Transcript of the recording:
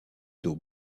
dos